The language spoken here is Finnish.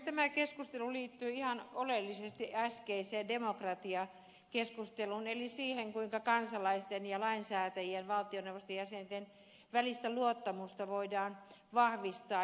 tämä keskustelu liittyi ihan oleellisesti äskeiseen demokratiakeskusteluun eli siihen kuinka kansalaisten sekä lainsäätäjien ja valtioneuvoston jäsenten välistä luottamusta voidaan vahvistaa